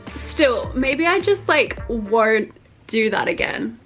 still, maybe i just like won't do that again.